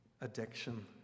addiction